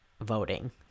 voting